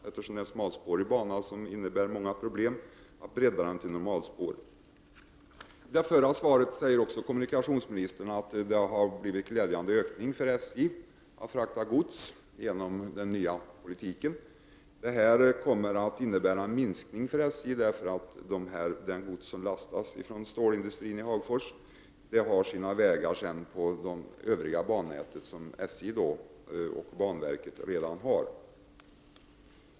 Detta är en smalspårig bana, vilket innebär många problem. I svaret på den förra frågan säger kommunikationsministern också att det blivit en glädjande ökning för SJ:s godstrafik genom den nya politiken. En nedläggning av godstrafiken på sträckan kommer att innebära en minskning av godstransporter för SJ, eftersom det gods som lastas på järnväg från stålindustrin i Hagfors sedan fraktas på det övriga bannätet som drivs av SJ och banverket.